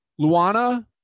Luana